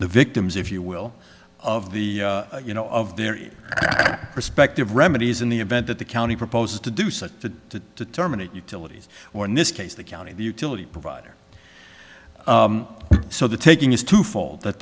victims if you will of the you know of their respective remedies in the event that the county proposes to do such to terminate utilities or in this case the county the utility provider so the taking is twofold that